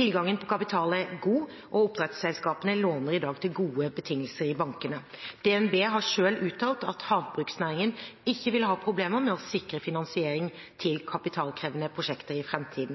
Tilgangen på kapital er god, og oppdrettsselskapene låner i dag til gode betingelser hos bankene. DNB har selv uttalt at havbruksnæringen ikke vil ha problemer med å sikre finansiering til kapitalkrevende prosjekter i